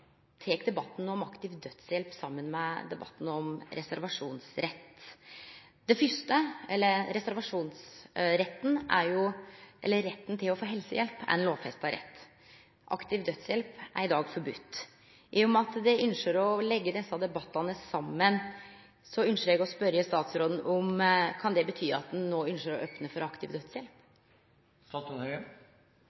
tek debatten om aktiv dødshjelp saman med debatten om reservasjonsrett. Retten til å få helsehjelp er ein lovfesta rett. Aktiv dødshjelp er i dag forboden. I og med at ein ønskjer å leggje desse debattane saman, ønskjer eg å spørje statsråden om det kan bety at ein no ønskjer å opne for aktiv dødshjelp.